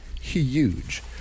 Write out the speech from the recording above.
huge